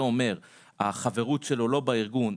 זה אומר שהחברות שלו לא בארגון,